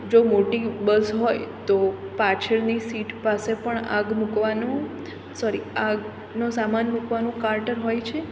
જો મોટી બસ હોય તો પાછળની સીટ પાસે પણ આગ મુકવાનું સોરી આગનું સામાન મુકવાનું કૉર્ટર હોય છે